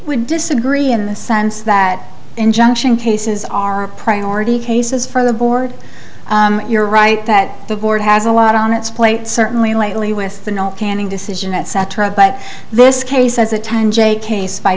would disagree in the sense that injunction cases are priority cases for the board you're right that the board has a lot on its plate certainly lately with the no canning decision etc but this case has a time j case by